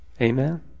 Amen